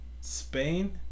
Spain